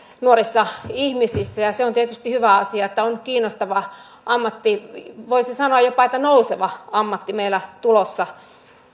nuorissa ihmisissä se on tietysti hyvä asia että on kiinnostava ammatti voisi sanoa jopa nouseva ammatti meillä tulossa